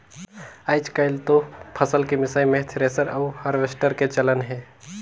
आयज कायल तो फसल के मिसई मे थेरेसर अउ हारवेस्टर के चलन हे